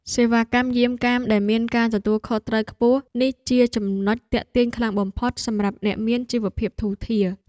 សេវាកម្មយាមកាមដែលមានការទទួលខុសត្រូវខ្ពស់នេះជាចំណុចទាក់ទាញខ្លាំងបំផុតសម្រាប់អ្នកមានជីវភាពធូរធារ។